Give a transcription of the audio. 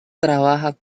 trabaja